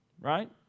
Right